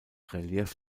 relief